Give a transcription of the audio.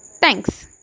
Thanks